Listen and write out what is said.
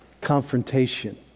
confrontation